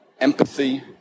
empathy